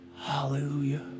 Hallelujah